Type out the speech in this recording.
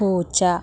പൂച്ച